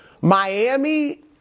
Miami